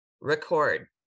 record